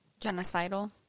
Genocidal